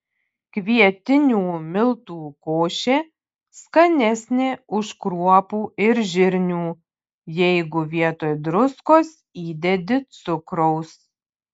kvietinių miltų košė skanesnė už kruopų ir žirnių jeigu vietoj druskos įdedi cukraus